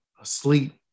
asleep